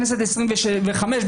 בכנסת העשרים-וחמש,